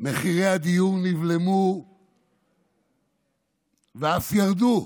מחירי הדיור נבלמו ואף ירדו.